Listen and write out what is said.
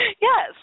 Yes